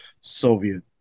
soviet